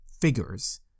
figures